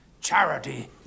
Charity